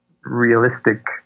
realistic